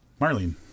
Marlene